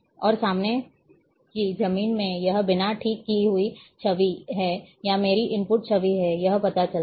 और सामने की जमीन में यह बिना ठीक कि हुई छवि है या मेरी इनपुट छवि है यह पता चलता है